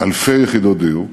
אלפי יחידות דיור.